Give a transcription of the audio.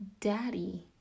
daddy